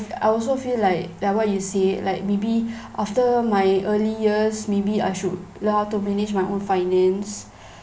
I also feel like like what you said like maybe after my early years maybe I should learn how to manage my own finance